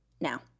now